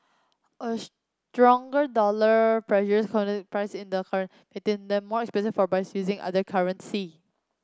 a stronger dollar pressures priced in the making them more expensive for buyers using other currencies